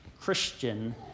Christian